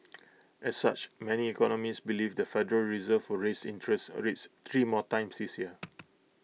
as such many economists believe the federal reserve will raise interest A rates three more times this year